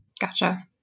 Gotcha